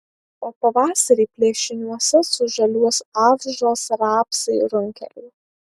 o pavasarį plėšiniuose sužaliuos avižos rapsai runkeliai